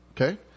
okay